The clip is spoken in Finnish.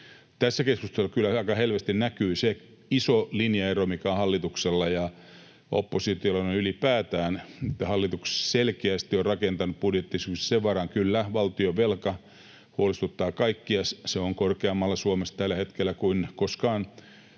Tässä keskustelussa kyllä aika selvästi näkyy se iso linjaero, mikä on hallituksella ja oppositiolla noin ylipäätään. Hallitus selkeästi on rakentanut budjettiesityksensä sen varaan. Kyllä, valtionvelka huolestuttaa kaikkia. Se on korkeammalla Suomessa tällä hetkellä kuin koskaan,